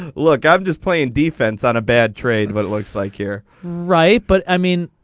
ah look i'm just playing defense on a bad trade what looks like here right but i mean.